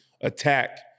attack